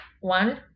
one